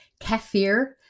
kefir